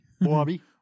Bobby